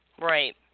Right